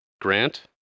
Grant